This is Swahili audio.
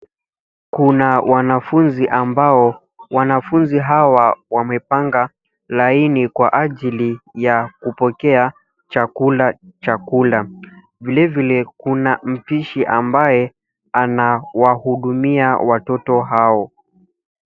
Kuna wanafunzi ambao wanafunzi hawa wamepanga laini kwa ajili ya kupokea chakula chakula. Vile vile kuna mpishi ambaye anawahudumia watoto hao.